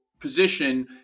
position